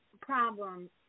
problem